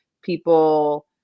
people